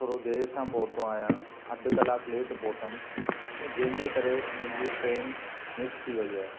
थोरो देरि सां पहुतो आहियां अधु कलाकु लेट पहुतमि जंहिंजे करे मुंहिंजी ट्रेन मिस थी वेई आहे